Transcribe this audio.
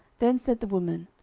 then said the woman,